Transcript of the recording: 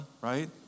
right